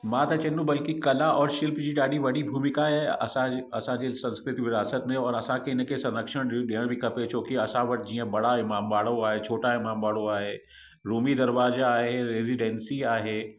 मां त चईंदुमि बल्कि कला और शिल्प जी ॾाढी वॾी भूमिका आहे असांजे असांजी संस्कृति विरासत में और असांखे हिनखे संरक्षण ॾि ॾियण बि खपे छो कि असां वटि जीअं बड़ा इमामबाड़ो आहे छोटा इमामबाड़ो आहे रूमी दरवाजा आहे रेज़ीडेंसी आहे